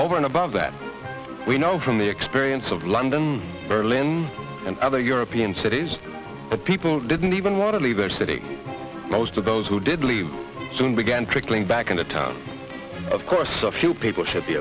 over and above that we know from the experience of london berlin and other european cities but people didn't even want to leave their city most of those who did leave soon began trickling back into town of course a few people should be